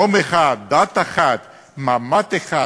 בשפע, לצערי הרב, גם באוזני,